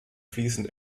fließend